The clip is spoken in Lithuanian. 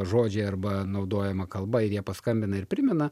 žodžiai arba naudojama kalba ir jie paskambina ir primena